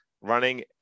running